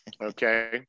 okay